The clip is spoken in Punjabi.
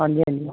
ਹਾਂਜੀ ਹਾਂਜੀ